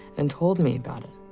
and told me about it.